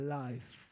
life